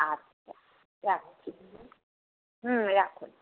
আচ্ছা রাখছি হুম রাখুন